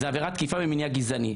זאת עבירת תקיפה ממניע גזעני,